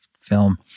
film